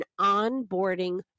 onboarding